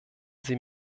sie